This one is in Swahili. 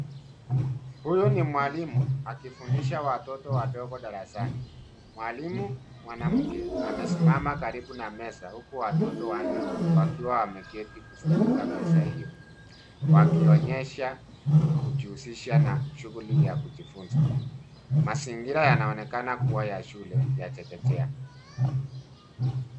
Huyu ni mwalimu akifundisha watoto wadogo darasani. Mwalimu mwanamke amesimama karibu na meza uku watoto wanne wakiwa wameketi kuzunguka meza io, wakionyesha kujihusisha na shughuli ya kujifuza. Mazingira yanaonekana kuwa ya shule ya chekechea.